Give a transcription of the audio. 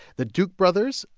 the duke brothers,